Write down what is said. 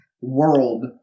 world